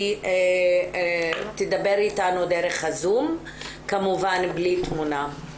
היא תדבר איתנו דרך הזום כמובן בלי תמונה.